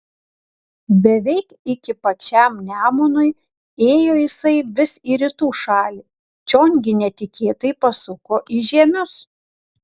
beveik iki pačiam nemunui ėjo jisai vis į rytų šalį čion gi netikėtai pasuko į žiemius